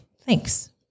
Thanks